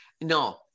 no